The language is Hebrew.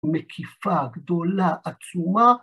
‫מקיפה, גדולה, עצומה.